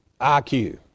IQ